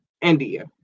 India